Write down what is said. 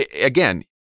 again